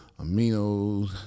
aminos